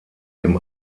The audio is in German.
dem